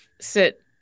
sit